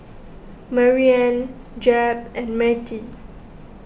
Marianne Jeb and Matie